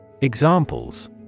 Examples